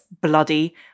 bloody